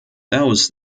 those